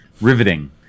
riveting